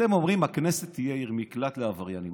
אתם אומרים: הכנסת תהיה עיר מקלט לעבריינים.